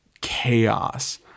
chaos